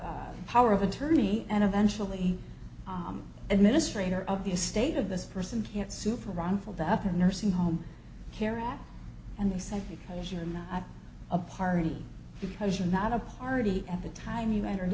side power of attorney and eventually administrator of the estate of this person can't super wrongful death of nursing home care and they said if you're not a party because you're not a party at the time you entered